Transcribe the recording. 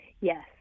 Yes